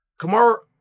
Kamar